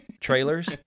trailers